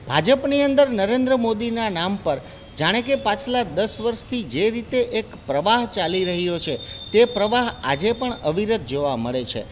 ભાજપની અંદર નરેન્દ્ર મોદીના નામ પર જાણે કે પાછલા દસ વર્ષથી જે રીતે એક પ્રવાહ ચાલી રહ્યો છે તે પ્રવાહ આજે પણ અવિરત જોવા મળે છે